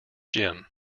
jim